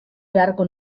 beharko